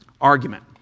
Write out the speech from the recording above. argument